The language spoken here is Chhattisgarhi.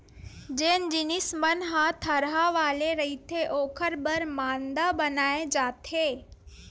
जेन जिनिस मन ह थरहा वाले रहिथे ओखर बर मांदा बनाए जाथे